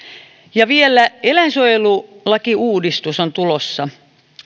ja vielä eläinsuojelulakiuudistus on tulossa